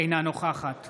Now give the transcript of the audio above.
אינה נוכחת